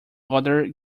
other